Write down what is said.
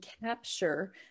capture